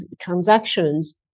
transactions